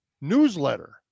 newsletter